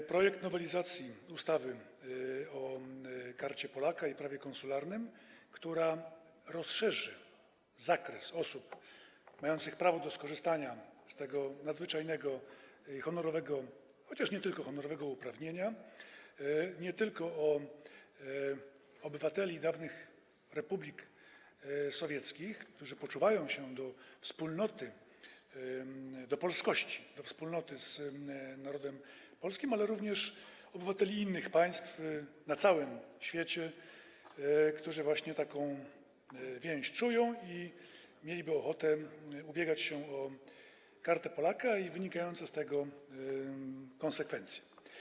To projekt nowelizacji ustawy o Karcie Polaka i Prawie konsularnym, która rozszerzy krąg osób mających prawo do skorzystania z tego nadzwyczajnego i honorowego, chociaż nie tylko honorowego, uprawnienia, nie tylko o obywateli dawnych republik sowieckich, którzy, jeżeli chodzi o wspólnotę, o polskość, odczuwają taką wspólnotę z narodem polskim, ale również o obywateli innych państw na całym świecie, którzy właśnie taką więź czują i mieliby ochotę ubiegać się o Kartę Polaka i wynikające z tego uprawnienia.